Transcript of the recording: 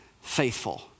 faithful